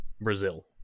brazil